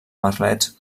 merlets